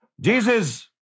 Jesus